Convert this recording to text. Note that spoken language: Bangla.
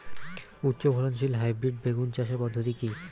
উচ্চ ফলনশীল হাইব্রিড বেগুন চাষের পদ্ধতি কী?